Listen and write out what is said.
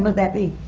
that be?